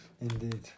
indeed